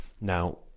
Now